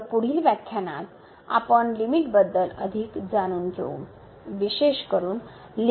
तर पुढील व्याख्यानात आपण लिमिट बद्दल अधिक जाणून घेऊ विशेष करुन लिमिट चे मूल्यांकन